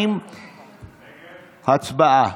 2. הצבעה.